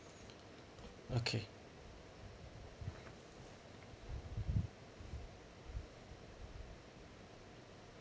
okay